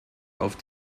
auf